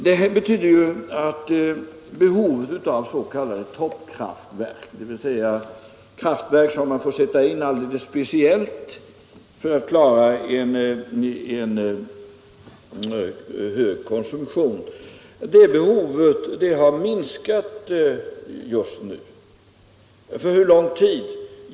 Detta betyder att behovet av s.k. toppkraftverk, dvs. kraftverk som man får sätta in alldeles speciellt för att klara en hög konsumtion, just nu har minskat. För hur lång tid?